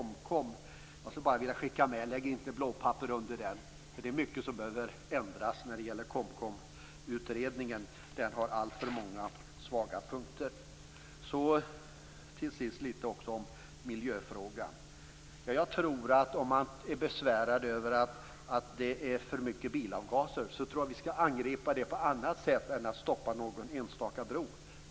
Jag skulle vilja skicka med: Lägg inte blåpapper under den. Det är mycket som behöver ändras när det gäller KOMKOM, den har alltför många svaga punkter. Till sist litet om miljöfrågan. Om man är besvärad över för mycket bilavgaser tycker jag att vi skall angripa det på annat sätt än genom att stoppa något enstaka brobygge.